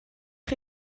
chi